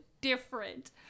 different